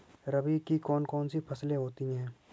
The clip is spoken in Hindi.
रबी की कौन कौन सी फसलें होती हैं?